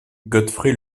godfrey